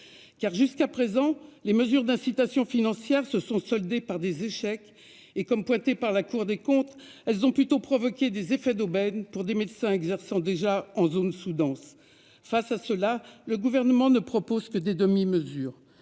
Car jusqu'à présent les mesures d'incitation financière se sont soldées par des échecs et comme pointée par la Cour des comptes, elles ont plutôt provoqué des effets d'aubaine pour des médecins exerçant déjà en zone sous-dense. Face à cela le gouvernement ne propose que des demi-mesures